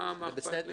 מה אכפת לי?